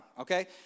okay